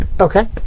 Okay